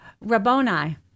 Rabboni